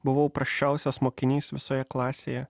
buvau prasčiausias mokinys visoje klasėje